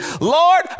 Lord